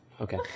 Okay